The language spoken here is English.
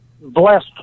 blessed